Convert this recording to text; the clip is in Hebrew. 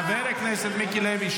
אבל מושחת, אתם לא מתביישים?